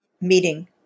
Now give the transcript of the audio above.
meeting